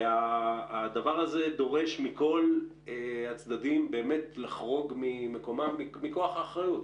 והדבר הזה דורש מכל הצדדים לחרוג ממקומם מכוח האחריות,